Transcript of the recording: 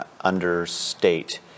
understate